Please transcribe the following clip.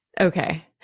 Okay